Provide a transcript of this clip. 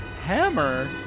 Hammer